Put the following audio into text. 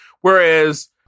Whereas